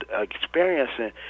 experiencing